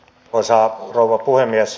arvoisa rouva puhemies